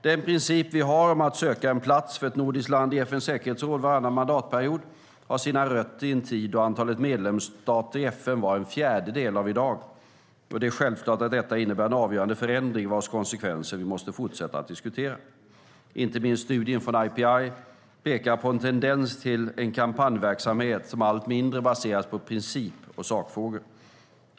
Den princip vi har om att söka en plats för ett nordiskt land i FN:s säkerhetsråd varannan mandatperiod har sina rötter i en tid då antalet medlemsstater i FN var en fjärdedel av i dag. Det är självklart att detta innebär en avgörande förändring vars konsekvenser vi måste fortsätta att diskutera. Inte minst studien från IPI pekar på en tendens till en kampanjverksamhet som är allt mindre baserad på princip och sakfrågor.